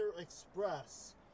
Express